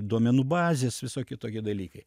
duomenų bazės visokie tokie dalykai